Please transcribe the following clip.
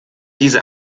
diese